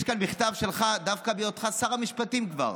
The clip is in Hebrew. יש כאן מכתב שלך, דווקא בהיותך שר המשפטים כבר,